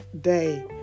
day